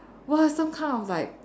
!wah! some kind of like